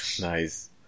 Nice